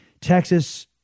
Texas